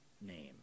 name